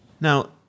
Now